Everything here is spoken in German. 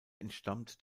entstammt